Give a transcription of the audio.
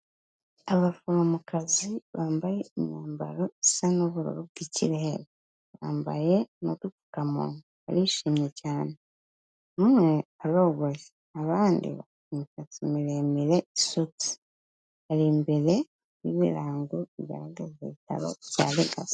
Abaforomokazi bambaye imyambaro isa n'ubururu bw'ikirere, bambaye n'udupfukamunwa, barishimye cyane, umwe arogoshe, abandi bafite imisatsi miremire isutse, bari imbere y'ibirango bigaragaza ibitaro bya Legacy.